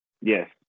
Yes